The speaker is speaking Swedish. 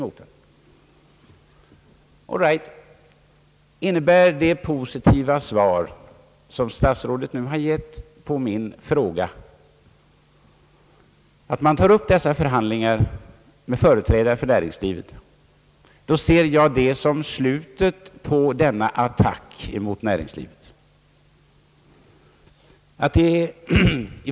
Om det positiva svar som statsrådet nu har gett på min fråga innebär att man tar upp dessa förhandlingar med företrädare för näringslivet ser jag detta som slutet på denna attack emot näringslivet.